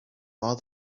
all